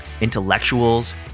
intellectuals